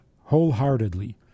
wholeheartedly